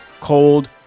cold